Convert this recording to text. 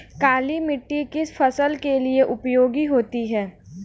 काली मिट्टी किस फसल के लिए उपयोगी होती है?